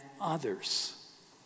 others